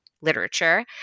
literature